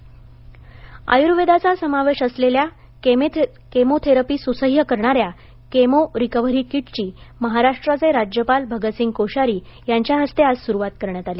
आयुर्वेदिक chemo kit आयुर्वेदाचा समावेश असलेल्या केमोथेरपी सुसह्य करणाऱ्या केमो रिकव्हरी कीटची महाराष्ट्राचे राज्यपाल भगतसिंग कोश्यारी यांच्या हस्ते आज सुरुवात करण्यात आली